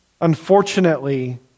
unfortunately